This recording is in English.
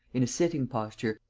in a sitting posture,